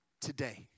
today